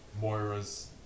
Moira's